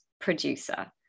producer